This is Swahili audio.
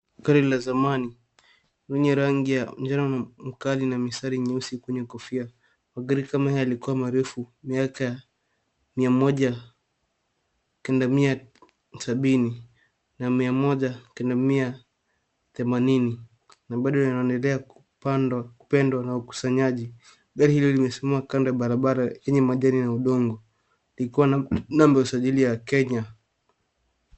Ngari la zamani, yenye rangi ya mjano mkali na misari nyeusi kwenye kofia. Magari kama haya yalikuwa marefu miaka 1970 na 1980, na bado linaendelea kupendwa na ukusanyaji. Gari hili limesimama kando barabara yenye majani na udongo. Likiwa na nambu usajili ya Kenya.